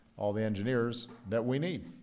all the engineers that we need.